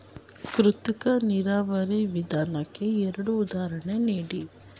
ಕೃತಕ ನೀರಾವರಿ ವಿಧಾನಕ್ಕೆ ಎರಡು ಉದಾಹರಣೆ ನೀಡಿ?